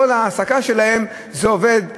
כל ההעסקה שלהם זה עובד זר.